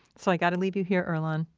so i gotta leave you here earlonne